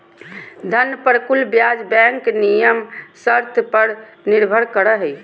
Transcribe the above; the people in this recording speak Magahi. धन पर कुल ब्याज बैंक नियम शर्त पर निर्भर करो हइ